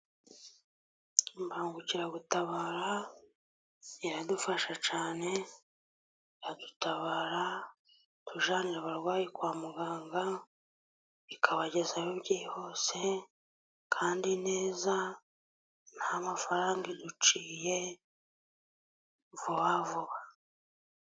Imbangukiragutabara iradufasha cyane, iradutabara itujyanira abarwayi kwa muganga, ikabagezayo byihuse, kandi neza nta mafaranga iguciye vuba vuba.